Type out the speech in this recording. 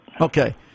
Okay